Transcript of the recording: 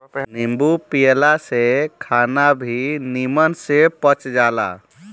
नींबू पियला से खाना भी निमन से पच जाला